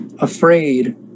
afraid